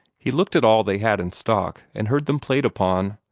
he looked at all they had in stock, and heard them played upon.